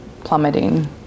plummeting